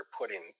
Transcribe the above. putting